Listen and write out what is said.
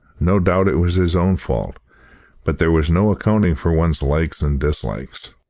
no doubt it was his own fault but there was no accounting for one's likes and dislikes.